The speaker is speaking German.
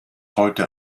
heute